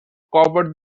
cover